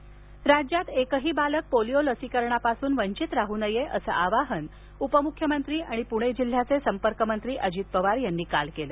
polio राज्यात एकही बालक पोलिओ लसीकरणापसून वंचित राहू नये असं आवाहन उपमुख्यमंत्री आणि पुणे जिल्ह्याचे संपर्क मंत्री अजित पवार यांनी काल केलं